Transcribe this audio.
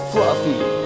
Fluffy